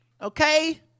okay